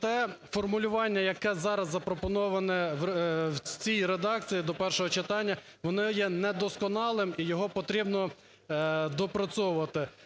формулювання, яке зараз запропоновано в цій редакції до першого читання, воно є недосконалим і його потрібно доопрацьовувати.